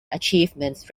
achievements